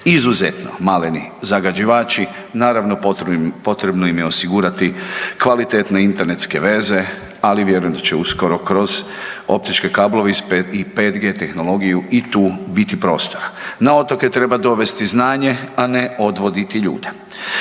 izuzetno maleni zagađivači, naravno, potrebno im je osigurati kvalitetne internetske veze, ali vjerujem da će uskoro kroz optičke kablove i 5G tehnologiju i tu biti prostora. Na otoke treba dovesti znanje, a ne odvoditi ljude.